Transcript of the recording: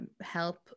help